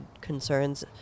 concerns